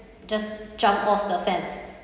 just jump off the fence